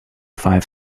five